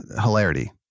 hilarity